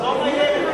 שלום הילד.